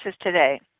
today